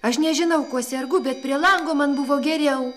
aš nežinau kuo sergu bet prie lango man buvo geriau